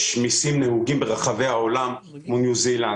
יש מסים הנהוגים ברחבי העולם כמו ניו זילנד,